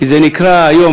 כי זה נקרא היום,